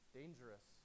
dangerous